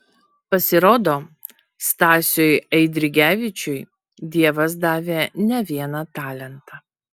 pasirodo stasiui eidrigevičiui dievas davė ne vieną talentą